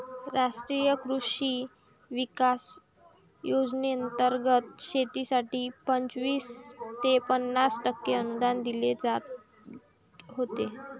राष्ट्रीय कृषी विकास योजनेंतर्गत शेतीसाठी पंचवीस ते पन्नास टक्के अनुदान दिले जात होते